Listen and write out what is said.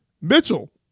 Mitchell